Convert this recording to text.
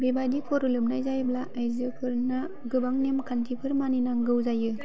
बेबायदि खर' लोबनाय जायोब्ला आइजोफोरना गोबां नेमखान्थिफोर मानिनांगौ जायो